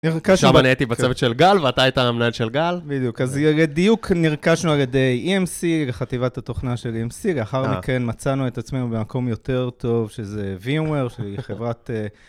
שם אני הייתי בצוות של גל, ואתה היית המנהל של גל. - בדיוק, אז דיוק נרכשנו על ידי EMC, לחטיבת התוכנה של EMC, לאחר מכן מצאנו את עצמנו במקום יותר טוב, שזה VMware, שהיא חברת...